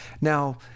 Now